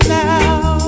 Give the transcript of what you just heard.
now